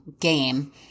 game